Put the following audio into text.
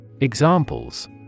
Examples